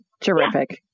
terrific